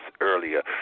earlier